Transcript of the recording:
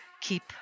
keep